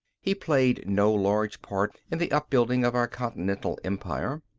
he played no large part in the upbuilding of our continental empire.